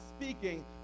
speaking